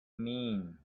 mean